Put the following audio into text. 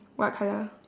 what colour